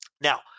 Now